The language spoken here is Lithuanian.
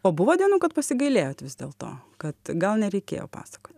o buvo dienų kad pasigailėjot vis dėlto kad gal nereikėjo pasakot